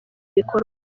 bikorwa